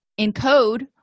encode